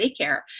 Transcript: daycare